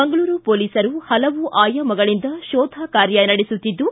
ಮಂಗಳೂರು ಪೊಲೀಸರು ಪಲವು ಆಯಾಮಗಳಿಂದ ಶೋಧ ಕಾರ್ಯ ನಡೆಸುತ್ತಿದ್ದು